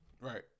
Right